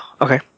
Okay